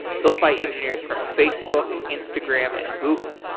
built by engineers from facebook, instagram and google.